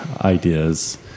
ideas